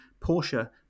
Porsche